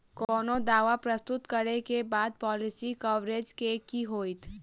कोनो दावा प्रस्तुत करै केँ बाद पॉलिसी कवरेज केँ की होइत?